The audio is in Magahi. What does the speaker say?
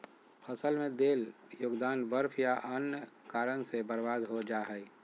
फसल में देल योगदान बर्फ या अन्य कारन से बर्बाद हो जा हइ